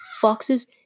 foxes